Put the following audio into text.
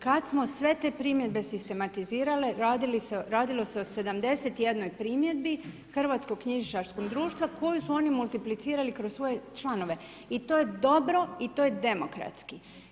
Kad smo sve te primjedbe sistematizirale radilo se o 71 primjedbi Hrvatskog knjižničarskog društva koje su oni multiplicirali kroz svoje članove i to je dobro i to je demokratski.